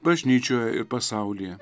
bažnyčioje ir pasaulyje